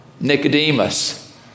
Nicodemus